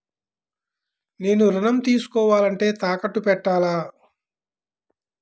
నేను ఋణం తీసుకోవాలంటే తాకట్టు పెట్టాలా?